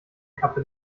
kappe